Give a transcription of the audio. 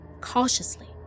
cautiously